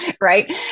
right